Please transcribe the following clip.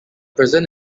prison